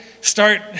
start